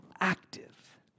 active